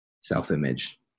self-image